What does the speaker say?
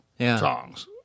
songs